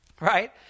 right